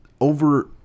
over